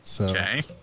Okay